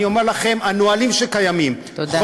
אני אומר לכם, הנהלים שקיימים תודה.